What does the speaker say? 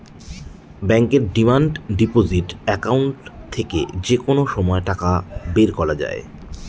ব্যাঙ্কের demand deposit account থেকে যে কোনো সময় টাকা বের করা যায়